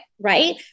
right